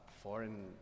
foreign